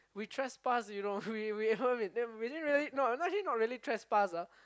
we trespass you know we we uh then we didn't really no not actually not really trespass ah